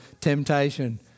temptation